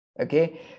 Okay